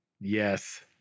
Yes